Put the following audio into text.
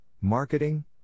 marketing